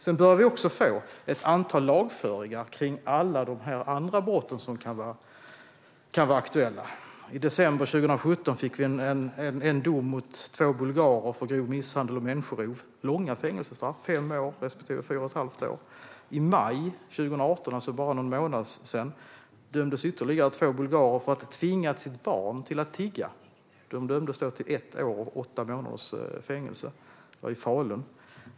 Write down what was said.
Sedan bör det bli ett antal lagföringar av alla de andra brott som kan vara aktuella. I december 2017 kom en dom mot två bulgarer för grov misshandel och människorov. Det var långa fängelsestraff på fem år respektive fyra och ett halvt år. I maj 2018, för bara någon månad sedan, dömdes i Falun ytterligare två bulgarer för att ha tvingat sitt barn till att tigga. De dömdes till ett år och åtta månaders fängelse.